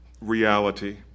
reality